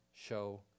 Show